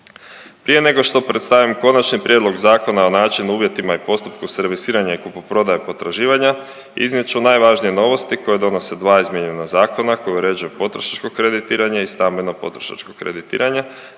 Prije nego što predstavim Konačni prijedlog Zakona o načinu, uvjetima i postupku servisiranja i kupoprodaje potraživanja iznijet ću najvažnije novosti koje donose dva izmijenjena zakona koja uređuju potrošačko kreditiranje i stambeno potrošačko kreditiranje,